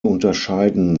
unterscheiden